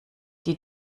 die